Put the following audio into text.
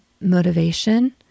motivation